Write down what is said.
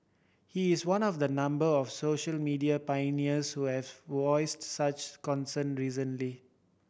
he is one of a number of social media pioneers who have voiced such concern recently